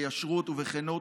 ביושר ובכנות,